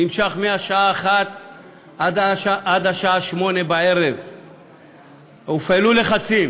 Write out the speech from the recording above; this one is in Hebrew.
והוא נמשך מהשעה 13:00 עד השעה 20:00. הופעלו לחצים